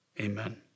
Amen